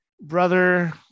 brother